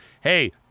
hey